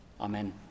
amen